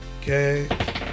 Okay